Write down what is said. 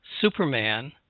Superman